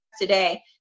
today